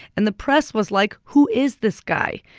and the press was like who is this guy?